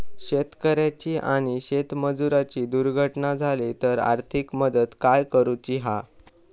शेतकऱ्याची आणि शेतमजुराची दुर्घटना झाली तर आर्थिक मदत काय करूची हा?